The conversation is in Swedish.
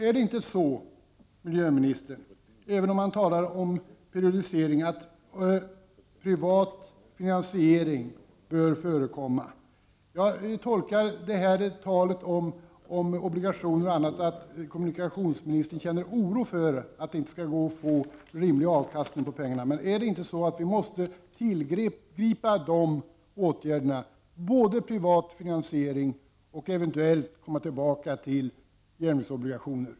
Är det inte så, kommunikationsministern, att privat finansiering bör förekomma - även om man talar om en periodisering? Jag tolkar talet om obligationer och annat på det sättet att kommunikationsministern känner en oro för att det inte skall gå att få en rimlig avkastning på pengarna. Men måste vi inte tillgripa privat finansiering och, eventuellt, järnvägsobligationer?